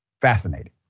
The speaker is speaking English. fascinating